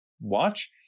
watch